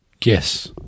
Yes